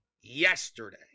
yesterday